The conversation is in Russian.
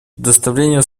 предоставление